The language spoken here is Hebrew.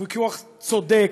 הוא ויכוח צודק,